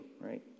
right